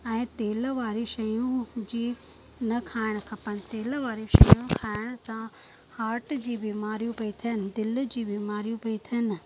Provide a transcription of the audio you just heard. ऐं तेल वारी शयुं बि न खाइणु खपनि तेल वारियूं शयूं जी खाइण सां हार्ट जी बीमारियूं पई थियनि दिलि जी बीमारियूं पई थियनि